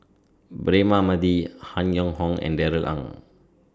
Braema Mathi Han Yong Hong and Darrell Ang